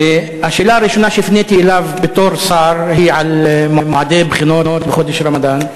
השאלה הראשונה שהפניתי אליו בתור שר היא על מועדי בחינות בחודש הרמדאן.